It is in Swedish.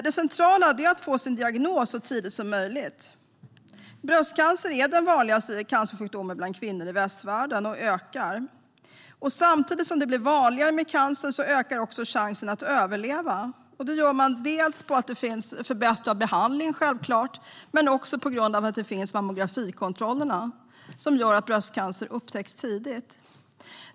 Det centrala är att få sin diagnos så tidigt som möjligt. Bröstcancer är den vanligaste cancersjukdomen bland kvinnor i västvärlden och ökar dessutom. Samtidigt som cancer blir vanligare, ökar också chansen att överleva sjukdomen. Det beror på att det finns förbättrad behandling och också på mammografikontrollerna som gör att bröstcancer upptäcks tidigt.